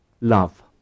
Love